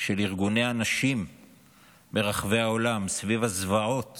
של ארגוני הנשים ברחבי העולם סביב הזוועות